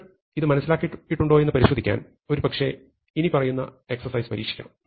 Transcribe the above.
നിങ്ങൾ ഇത് മനസ്സിലാക്കിയിട്ടുണ്ടോയെന്ന് പരിശോധിക്കാൻ ഒരുപക്ഷേ നിങ്ങൾ ഇനിപ്പറയുന്ന എക്സർസൈസസ് പരീക്ഷിക്കണം